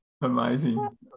Amazing